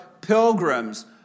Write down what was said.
pilgrims